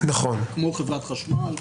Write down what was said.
כמו חברת חשמל,